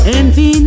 Envy